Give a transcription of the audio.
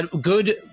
good